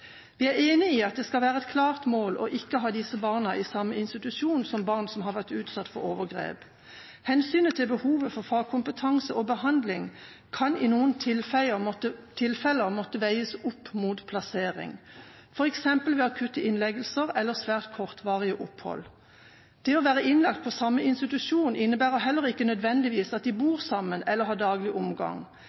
Vi er enig i at det skal være et klart mål ikke å ha disse barna i samme institusjon som barn som har vært utsatt for overgrep. Hensynet til behovet for fagkompetanse og behandling kan i noen tilfeller måtte veies opp mot plassering, f.eks. ved akutte innleggelser eller svært kortvarige opphold. Det å være innlagt på samme institusjon innebærer heller ikke nødvendigvis at de bor sammen, eller har daglig omgang.